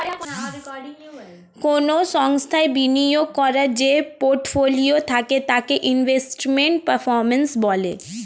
কোন সংস্থায় বিনিয়োগ করার যে পোর্টফোলিও থাকে তাকে ইনভেস্টমেন্ট পারফর্ম্যান্স বলে